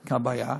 הבעיה,